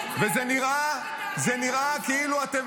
אתה מייצג רק את --- זה נראה כאילו אתם